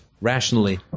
rationally